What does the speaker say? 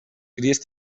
cries